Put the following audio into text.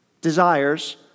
desires